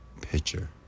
picture